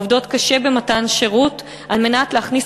העובדות קשה במתן שירות על מנת להכניס